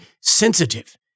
sensitive